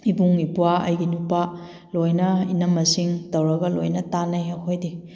ꯏꯕꯨꯡ ꯏꯄ꯭ꯋꯥ ꯑꯩꯒꯤ ꯅꯨꯄꯥ ꯂꯣꯏꯅ ꯏꯅꯝꯃꯁꯤꯡ ꯇꯧꯔꯒ ꯂꯣꯏꯅ ꯇꯥꯟꯅꯩ ꯑꯩꯈꯣꯏꯗꯤ